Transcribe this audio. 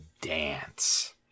dance